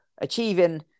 achieving